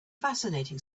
fascinating